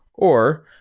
or,